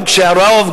גם כשהרוב,